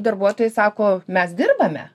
darbuotojai sako mes dirbame